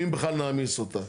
אם בכלל נעמיס אותה.